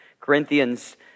Corinthians